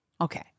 okay